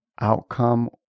outcome